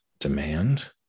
demand